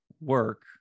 work